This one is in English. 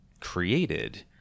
created